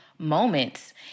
Moments